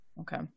Okay